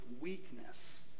weakness